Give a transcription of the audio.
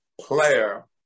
player